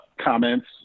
comments